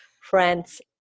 friends